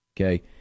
Okay